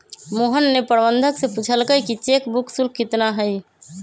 मोहन ने प्रबंधक से पूछल कई कि चेक बुक शुल्क कितना हई?